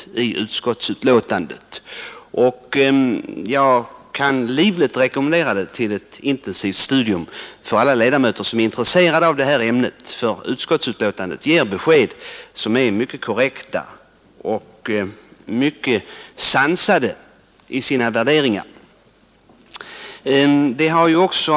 Jag kan livligt rekommendera utskottsbetänkandet till ett intensivt studium för alla ledamöter som är intresserade av ämnet. Betänkandet ger korrekta besked, och de värderingar som kommer till uttryck är mycket sansade.